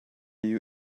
you